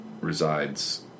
resides